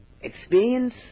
experience